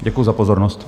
Děkuji za pozornost.